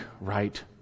right